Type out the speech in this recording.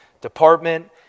department